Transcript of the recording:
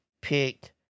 picked